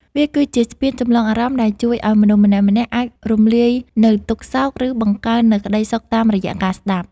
វាគឺជាស្ពានចម្លងអារម្មណ៍ដែលជួយឱ្យមនុស្សម្នាក់ៗអាចរំលាយនូវទុក្ខសោក ឬបង្កើននូវក្ដីសុខតាមរយៈការស្ដាប់។